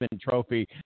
Trophy